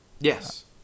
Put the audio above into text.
Yes